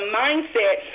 mindset